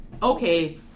Okay